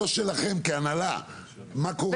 לא שלכם כהנהלה, מה קורה.